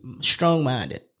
strong-minded